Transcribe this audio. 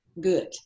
good